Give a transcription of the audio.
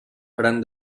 faran